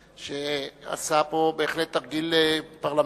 שעשה פה בהחלט תרגיל פרלמנטרי,